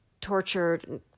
tortured